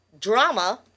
drama